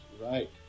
Right